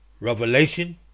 Revelation